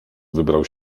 wybrał